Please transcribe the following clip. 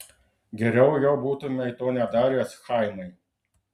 geriau jau būtumei to nedaręs chaimai